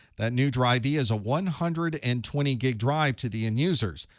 that new drive e is a one hundred and twenty gig drive to the end users.